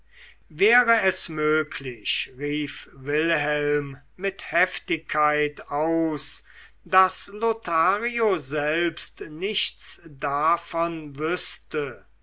wäre es möglich rief wilhelm mit heftigkeit aus daß lothario selbst nichts davon wüßte